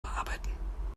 bearbeiten